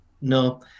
No